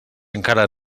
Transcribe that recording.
encara